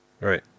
Right